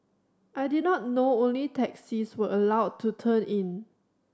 I did not know only taxis were allowed to turn in